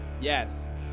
Yes